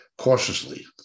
cautiously